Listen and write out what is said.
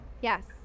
yes